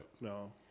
No